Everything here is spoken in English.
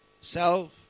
Self